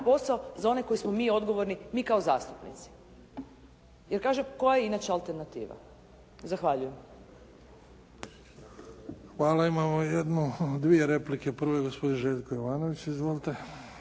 posao za one koji smo mi odgovorni, mi kao zastupnici. Jer kaže koja je inače alternativa. Zahvaljujem. **Bebić, Luka (HDZ)** Hvala. Imamo jednu, dvije replike. Prvo je gospodin Željko Jovanović. Izvolite.